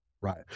Right